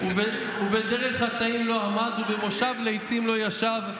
ובדרך חטאים לא עמד ובמושב לצים לא ישב.